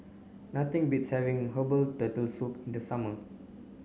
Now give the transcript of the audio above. nothing beats having Herbal Turtle Soup in the summer